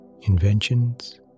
inventions